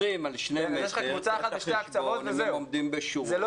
אם יש לך קבוצה אחת בשתי הקצוות וזהו.